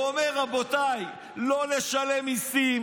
הוא אומר: רבותיי, לא לשלם מיסים,